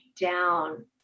down